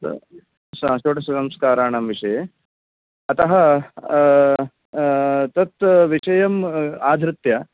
अस्तु षोडशसंस्काराणां विषये अतः तत् विषयम् आधृत्य